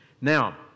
Now